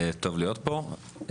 טוב להיות פה.